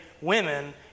women